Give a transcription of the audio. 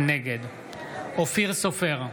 נגד אופיר סופר,